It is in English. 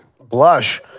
Blush